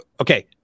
Okay